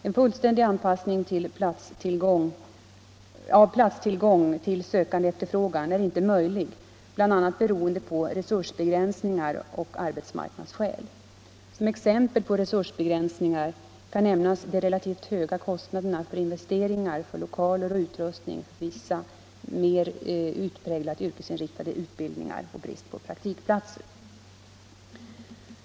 En fullständig anpassning av platstillgång till sökandeefterfrågan är inte möjlig bl.a. beroende på resursbegränsningar och arbetsmarknadsskäl. Som exempel på resursbegränsningar kan nämnas de relativt höga kostnaderna för investeringar i lokaler och utrustning för vissa mer utpräglat yrkesinriktade utbildningar och brist på praktikplatser.